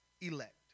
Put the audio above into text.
elect